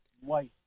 White